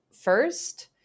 first